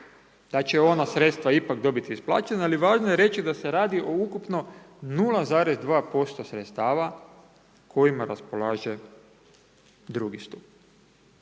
da će ona sredstva ipak dobiti isplaćena, ali važno je reći da se radi o ukupno 0,2% sredstava kojima raspolaže drugi stup.